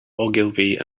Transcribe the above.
ogilvy